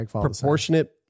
proportionate